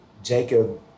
Jacob